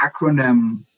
acronym